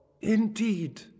Indeed